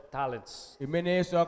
talents